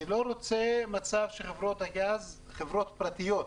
אני לא רוצה מצב שבו חברות הגז, חברות פרטיות,